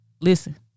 listen